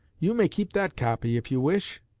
you may keep that copy, if you wish